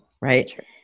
Right